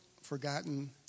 forgotten